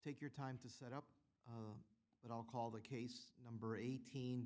take your time to set up but i'll call the case number eighteen